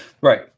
right